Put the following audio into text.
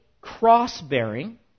cross-bearing